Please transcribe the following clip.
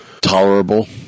tolerable